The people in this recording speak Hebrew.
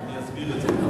אני אסביר את זה.